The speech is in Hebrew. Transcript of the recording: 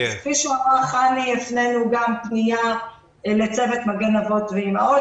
כפי ש --- הפנינו גם פנייה לצוות "מגן אבות ואימהות",